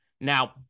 now